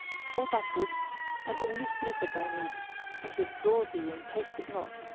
fall backwards and only sniff at thy meat and withdraw thee and taste it not,